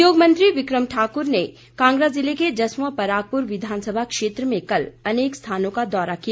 उद्योग मंत्री बिक्रम ठाकुर ने कांगड़ा जिले के जसवां परागपुर विधानसभा क्षेत्र में कल अनेक स्थानों का दौरा किया